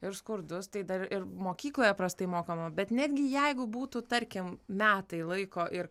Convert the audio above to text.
ir skurdus tai dar ir mokykloje prastai mokoma bet netgi jeigu būtų tarkim metai laiko ir